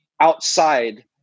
outside